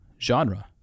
genre